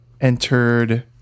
entered